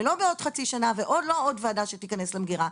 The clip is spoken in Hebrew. לא בעוד חצי שנה או בעוד ועדה שתיכנס למגירה,